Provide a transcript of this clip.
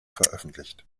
veröffentlicht